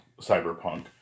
cyberpunk